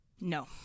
No